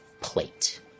plate